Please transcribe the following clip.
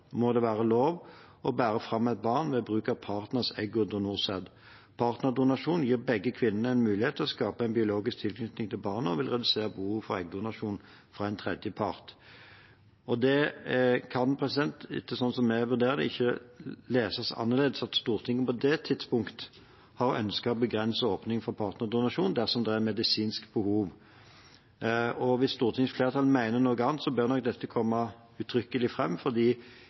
må være lov å bære fram et barn ved bruk av partners egg og donert sæd. Partnerdonasjon gir begge kvinnene en mulighet til å skape en biologisk tilknytning til barnet og vil redusere behovet for eggdonasjon fra en tredjepart.» Det kan, slik vi vurderer det, ikke leses annerledes enn at Stortinget på det tidspunkt har ønsket å begrense åpningen for partnerdonasjon dersom det er medisinsk behov. Hvis stortingsflertallet mener noe annet, bør nok dette komme uttrykkelig